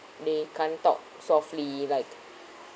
they can't talk softly like